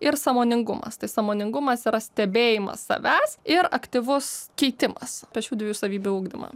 ir sąmoningumas tai sąmoningumas yra stebėjimas savęs ir aktyvus keitimas pačių dviejų savybių ugdymą